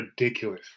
ridiculous